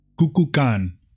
Kukukan